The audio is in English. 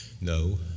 No